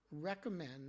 recommend